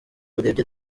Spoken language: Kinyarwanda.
urebye